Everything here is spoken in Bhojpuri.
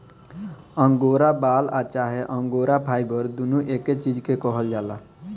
अंगोरा बाल आ चाहे अंगोरा फाइबर दुनो एके चीज के कहल जाला